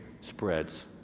spreads